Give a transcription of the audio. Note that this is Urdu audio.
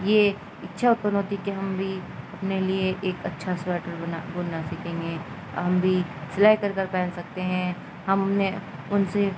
یہ اچھا کنوتی کہ ہم بھی اپنے لیے ایک اچھا سویٹر بنا بننا سیکھیں گے ہم بھی سلائی کر کر پہن سکتے ہیں ہم نے ان سے